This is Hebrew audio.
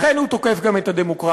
לכן הוא תוקף גם את הדמוקרטיה.